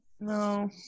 No